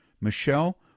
Michelle